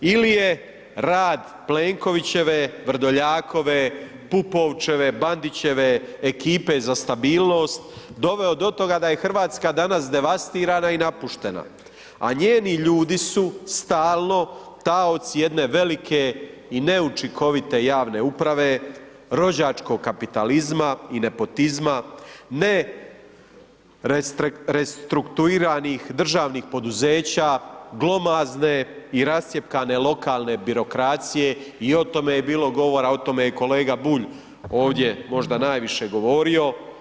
Ili je rad Plenkovićeve, Vrdoljakove, Pupovčeve, Bandićeve ekipe za stabilnost doveo do toga da je Hrvatska danas devastirana i napuštena, a njeni ljudi su stalno taoci jedne velike i neučinkovite javne uprave, rođačkog kapitalizma i nepotizma, ne restrukturiranih državnih poduzeća, glomazne i rascjepkane lokalne birokracije i o tome je bilo govora, o tome je kolega Bulj ovdje možda najviše govorio.